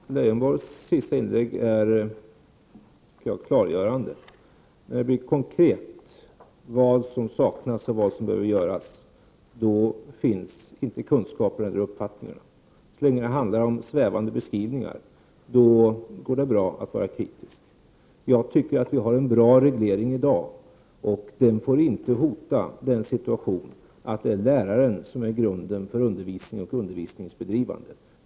Prot. 1988/89:113 Herr talman! Lars Leijonborgs senaste inlägg är klargörande. När det blir 12 maj 1989 uppenbart vad som saknas och vad som behöver göras, då finns ingen ö TRA Om fördelningen av re uppfattning eller kunskap. Så länge det handlar om svävande beskrivningar : AA surser till kommunal går det bra att vara kritisk. SN vuxenutbildning Jag anser att vi i dag har en bra reglering, och den får inte hota lärarens ställning. Det är läraren som är grunden för undervisningens innehåll och bedrivande.